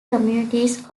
communities